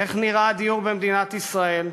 איך נראה הדיור במדינת ישראל?